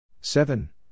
seven